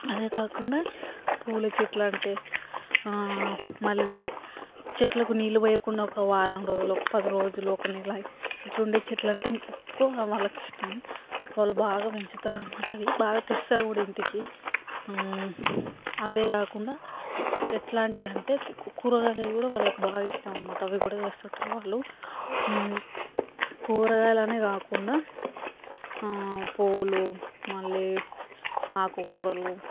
అలా కాకుండా పూల చెట్ల అంటే మళ్ళీ చెట్లకు నీళ్ళు పోయకుండా ఒక వారం రోజులు ఒక పది రోజులు ఒక నెల ఇట్లా ఉండే చెట్లంటే ఇంకెక్కువ వాళ్ళకి ఇష్టం వాళ్ళు బాగా పెంచుతారనమాట అవి బాగా తెస్తారు కూడా ఇంటికి అవే కాకుండా ఎట్లాంటివి అంటే కూరగాయలవి కూడా వాళ్ళకు బాగా ఇష్టం అనమాట అవి కూడా తెస్తుంటరు వాళ్ళు కూరగాయలనే కాకుండా పూలు మళ్ళీ ఆకుకూరలు